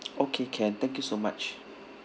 okay can thank you so much